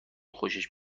خوشش